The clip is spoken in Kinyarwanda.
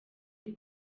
muri